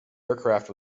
aircraft